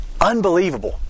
Unbelievable